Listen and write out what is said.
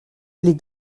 les